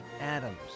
Adams